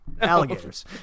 alligators